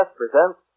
presents